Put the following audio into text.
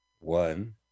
one